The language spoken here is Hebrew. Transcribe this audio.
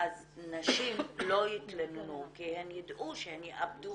אז נשים לא יתלוננו כי הן ידעו שהן יאבדו